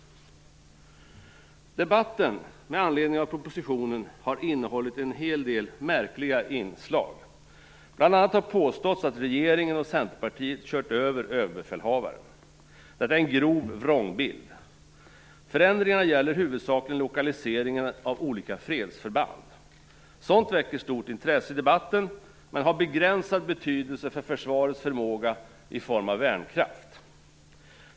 Debatten med anledning av propositionen har innehållit en hel del märkliga inslag. Bl.a. har det påståtts att regeringen och Centerpartiet kört över Överbefälhavaren. Detta är en grov vrångbild. Förändringarna gäller huvudsakligen lokaliseringen av olika fredsförband. Sådant väcker stort intresse i debatten men har begränsad betydelse för försvarets förmåga i form av värnkraft.